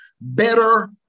better